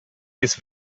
this